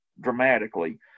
dramatically